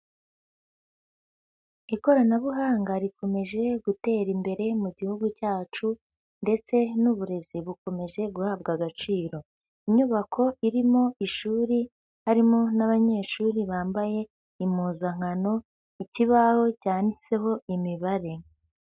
Ikoranabuhanga rikomeje gutera imbere mu gihugu cyacu, ndetse n'uburezi bukomeje guhabwa agaciro. Inyubako irimo ishuri, harimo n'abanyeshuri bambaye impuzankano, ikibaho cyanditseho imibare.